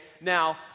Now